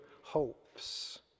hopes